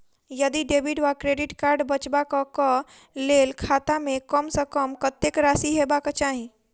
यदि डेबिट वा credit card चलबाक कऽ लेल खाता मे कम सऽ कम कत्तेक राशि हेबाक चाहि?